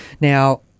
Now